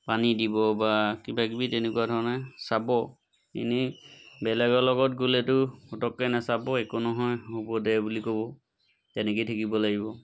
পানী দিব বা কিবাকিবি তেনেকুৱা ধৰণে চাব এনেই বেলেগৰ লগত গ'লেতো পটককৈ নাচাব একো নহয় হ'ব দে বুলি ক'ব তেনেকৈয়ে থাকিব লাগিব